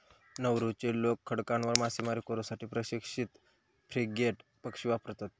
नौरूचे लोक खडकांवर मासेमारी करू साठी प्रशिक्षित फ्रिगेट पक्षी वापरतत